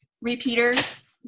repeaters